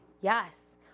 Yes